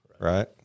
right